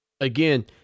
again